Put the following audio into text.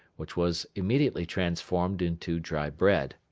which was immediately transformed into dry bread.